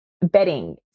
bedding